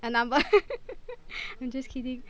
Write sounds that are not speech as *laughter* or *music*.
their number *laughs* I'm just kidding